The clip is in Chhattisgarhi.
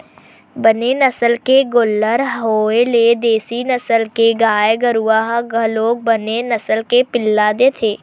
बने नसल के गोल्लर होय ले देसी नसल के गाय गरु ह घलोक बने नसल के पिला देथे